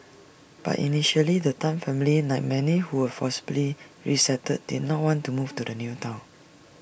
but initially the Tan family like many who were forcibly resettled did not want to move to the new Town